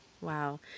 Wow